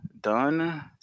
done